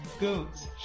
goats